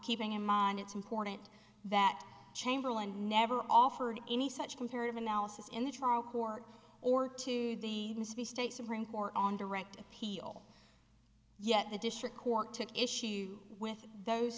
keeping in mind it's important that chamberlain never offered any such comparative analysis in the trial court or to the state supreme court on direct appeal yet the district court took issue with those